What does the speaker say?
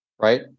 right